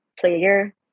player